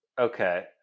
Okay